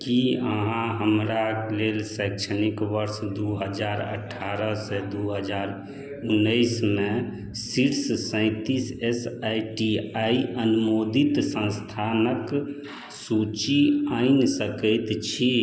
कि अहाँ हमरा लेल शैक्षणिक वर्ष दू हजार अठारह से दू हजार उन्नैस मे शीर्ष सैंतीस एस आइ टी आइ अनुमोदित संस्थानक सूची आनि सकैत छी